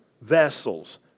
vessels